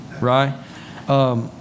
right